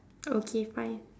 okay fine